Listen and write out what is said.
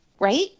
Right